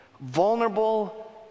vulnerable